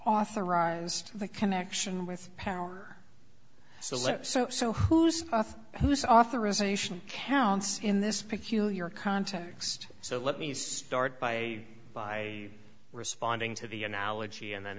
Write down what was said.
authorized the connection with power so so so so who's whose authorization counts in this peculiar context so let me start by by responding to the analogy and